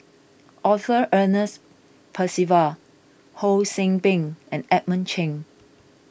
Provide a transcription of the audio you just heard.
Arthur Ernest Percival Ho See Beng and Edmund Cheng